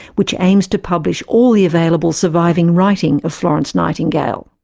which aims to publish all the available surviving writing of florence nightingale.